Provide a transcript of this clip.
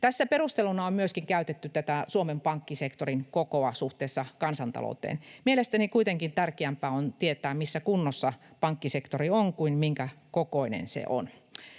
Tässä perusteluna on myöskin käytetty tätä Suomen pankkisektorin kokoa suhteessa kansantalouteen. Mielestäni kuitenkin tärkeämpää on tietää, missä kunnossa pankkisektori on, kuin minkä kokoinen se on.